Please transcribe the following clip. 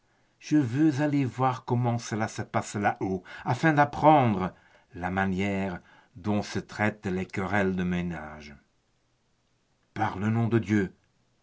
je veux aller voir comment cela se passe là-haut afin d'apprendre la manière dont se traitent leurs querelles de ménage par le nom de dieu